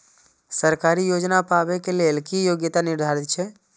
सरकारी योजना पाबे के लेल कि योग्यता निर्धारित छै?